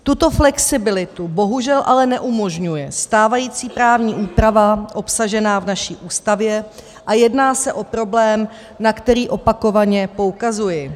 Tuto flexibilitu bohužel ale neumožňuje stávající právní úprava obsažená v naší Ústavě a jedná se o problém, na který opakovaně poukazuji.